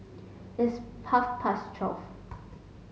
its half past twelve